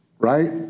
Right